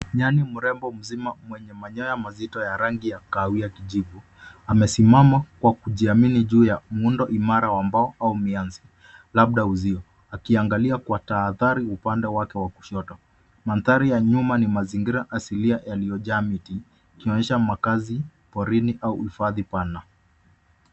Nyani mrembo mzima mwenye manyoya mazito ya rangi ya kahawia kijivu. Amesimama kwa kujiamini juu ya muundo imara ambao au mianzi labda uzio akiangalia kwa tahadhari upande wake wa kushoto. Mandhari ya nyuma ni mazingira asilia yaliyojaa miti ikionyesha makazi porini au uhifadhi pana.